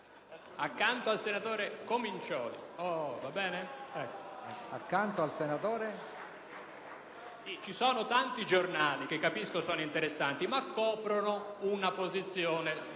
Accanto al senatore Comincioli, va bene? Ci sono tanti giornali che capisco siano interessanti, ma coprono una postazione